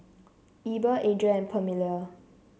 Eber Adrien and Permelia